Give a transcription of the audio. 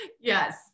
Yes